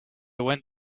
went